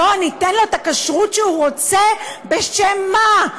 לא ניתן לו את הכשרות שהוא רוצה, בשם מה?